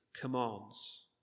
commands